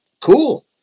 cool